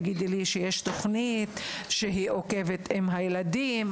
את תגידי לי שיש תוכנית שעוקבת עם הילדים.